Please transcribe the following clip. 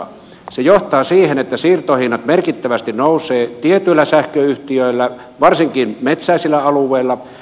se johtaa siihen että siirtohinnat merkittävästi nousevat tietyillä sähköyhtiöillä varsinkin metsäisillä alueilla